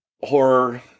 horror